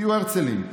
תהיו הרצלים.